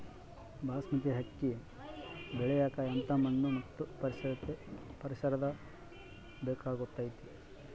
ಬಾಸ್ಮತಿ ಅಕ್ಕಿ ಬೆಳಿಯಕ ಎಂಥ ಮಣ್ಣು ಮತ್ತು ಪರಿಸರದ ಬೇಕಾಗುತೈತೆ?